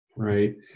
right